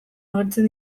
agertzen